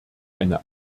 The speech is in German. eine